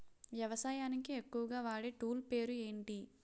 వ్యవసాయానికి ఎక్కువుగా వాడే టూల్ పేరు ఏంటి?